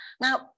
Now